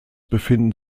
befinden